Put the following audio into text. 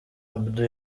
abdou